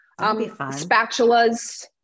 spatulas